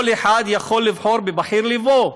כל אחד יכול לבחור בבחיר לבו.